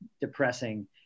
depressing